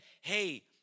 Hey